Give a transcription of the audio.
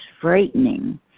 frightening